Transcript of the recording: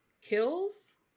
Kills